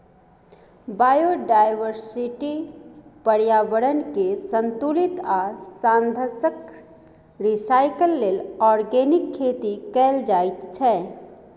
biodiversity, प्रर्याबरणकेँ संतुलित आ साधंशक रिसाइकल लेल आर्गेनिक खेती कएल जाइत छै